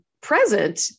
present